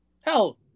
Hell